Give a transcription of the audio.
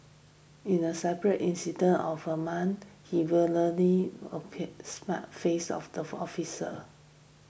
in a separate incident of a month he the face of the officer